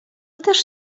też